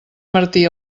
martí